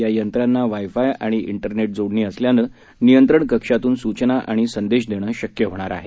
या यंत्रांना वायफाय आणि वेरनेट जोडणी असल्यानं नियंत्रण कक्षातून सूचना आणि संदेश देणं शक्य होणार आहे